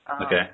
Okay